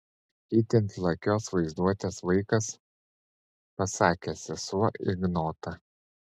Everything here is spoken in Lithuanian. itin lakios vaizduotės vaikas pasakė sesuo ignotą